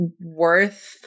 worth